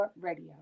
Radio